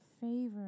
favor